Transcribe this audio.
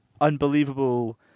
Unbelievable